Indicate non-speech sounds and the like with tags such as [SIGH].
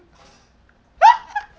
[LAUGHS]